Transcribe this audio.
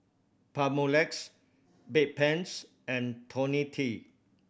Papulex Bedpans and Ionil T